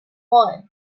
one